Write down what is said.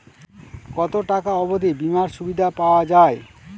কত টাকা অবধি বিমার সুবিধা পাওয়া য়ায়?